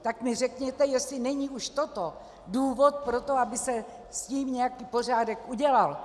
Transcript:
Tak mi řekněte, jestli není už toto důvod pro to, aby se s tím nějaký pořádek udělal.